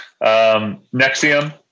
Nexium